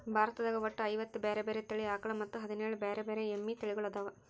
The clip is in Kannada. ಭಾರತದಾಗ ಒಟ್ಟ ಐವತ್ತ ಬ್ಯಾರೆ ಬ್ಯಾರೆ ತಳಿ ಆಕಳ ಮತ್ತ್ ಹದಿನೇಳ್ ಬ್ಯಾರೆ ಬ್ಯಾರೆ ಎಮ್ಮಿ ತಳಿಗೊಳ್ಅದಾವ